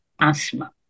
asthma